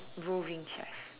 roving chef